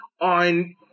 on